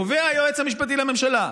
קובע היועץ המשפטי לממשלה,